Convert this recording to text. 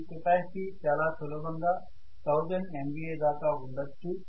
ఈ కెపాసిటీ చాలా సులభంగా 1000 MVA దాకా ఉండొచ్చు